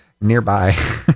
Nearby